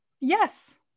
Yes